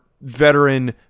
veteran